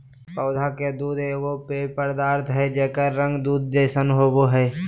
पौधा के दूध एगो पेय पदार्थ हइ जेकर रंग दूध जैसन होबो हइ